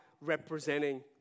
representing